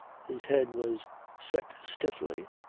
his head was set stiffly,